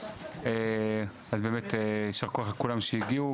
אז באמת ישר כוח לכולם שהגיעו,